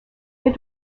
elle